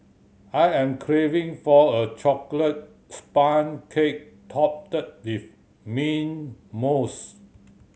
I am craving for a chocolate sponge cake topped with mint mousse